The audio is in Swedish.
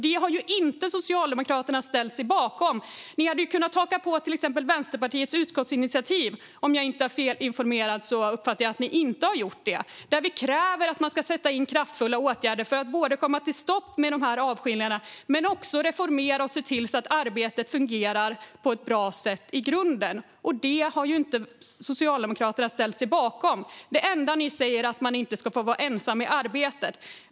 Det har Socialdemokraterna inte ställt sig bakom. Ni hade till exempel kunnat haka på Vänsterpartiets förslag till utskottsinitiativ. Om jag inte är felinformerad har ni inte gjort det. Där kräver vi kraftfulla åtgärder för att det ska bli ett stopp på avskiljningarna och för att reformera och se till att arbetet fungerar på ett bra sätt i grunden. Det har Socialdemokraterna inte ställt sig bakom. Det enda ni säger är att man inte ska få vara ensam i arbetet.